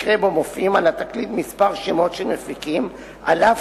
מקרה שבו מופיעים על התקליט מספר שמות של מפיקים אף